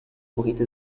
محیط